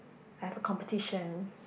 I have a competition